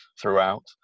throughout